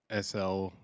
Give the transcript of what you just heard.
SL